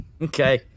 Okay